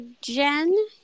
Jen